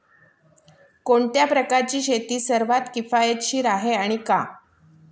कोणत्या प्रकारची शेती सर्वात किफायतशीर आहे आणि का?